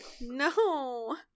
No